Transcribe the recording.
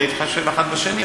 להתחשב אחד בשני,